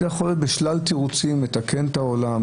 זה יכול להיות בשלל תירוצים: לתקן את העולם,